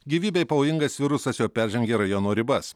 gyvybei pavojingas virusas jau peržengė rajono ribas